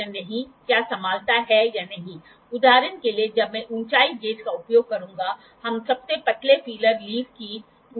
इसलिए यदि आप इसे बहुत स्पष्ट रूप से देखते हैं तो आप देखते हैं कि y केंद्र से एक कोने में विस्थापित हो रहा है